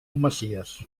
messies